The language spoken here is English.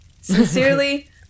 Sincerely